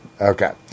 okay